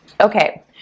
Okay